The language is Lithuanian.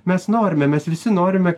mes norime mes visi norime